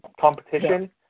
competition